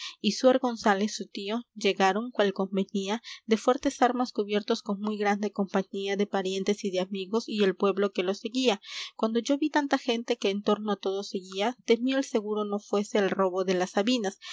y suer gonzález su tío llegaron cual convenía de fuertes armas cubiertos con muy grande compañía de parientes y de amigos y el pueblo que los seguía cuando yo ví tanta gente que en torno á todos seguía temí el seguro no fuese el robo de las sabinas